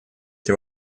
эти